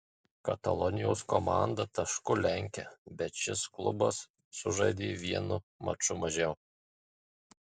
katalonijos komanda tašku lenkia bet šis klubas sužaidė vienu maču mažiau